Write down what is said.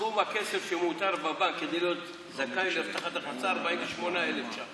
סכום הכסף שמותר בבנק כדי להיות זכאי להבטחת הכנסה זה 48,000 ש"ח.